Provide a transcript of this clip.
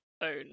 own